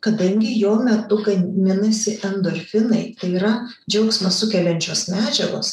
kadangi jo metu gaminasi endorfinai tai yra džiaugsmą sukeliančios medžiagos